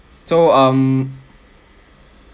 so um